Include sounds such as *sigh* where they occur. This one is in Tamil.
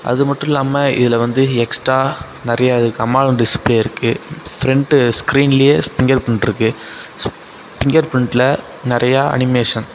அது மட்டும் இல்லாமல் இதில் வந்து எக்ஸ்ட்ரா நிறையா *unintelligible* டிஸ்பிளே இருக்குது ஃபிரண்ட் ஸ்கிரீன்லேயே ஃபிங்கர் பிரிண்ட் இருக்குது ஃபிங்கர் பிரிண்ட்டில் நிறையா அனிமேஷன்